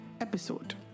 episode